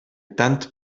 tant